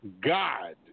God